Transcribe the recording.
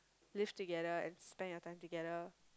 live together and spend your time together